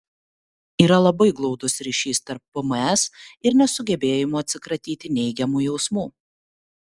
yra labai glaudus ryšys tarp pms ir nesugebėjimo atsikratyti neigiamų jausmų